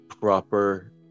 proper